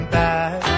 back